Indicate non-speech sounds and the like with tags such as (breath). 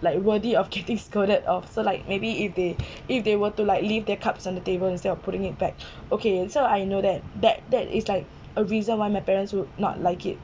like worthy of getting scolded off so like maybe if they (breath) if they were to like leave their cups on the table instead of putting it back (breath) okay and so I know that that that is like a reason why my parents would not like it